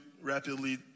rapidly